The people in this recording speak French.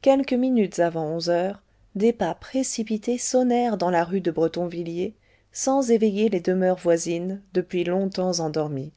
quelques minutes avant onze heures des pas précipités sonnèrent dans la rue de bretonvilliers sans éveiller les demeures voisines depuis longtemps endormies